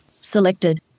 Selected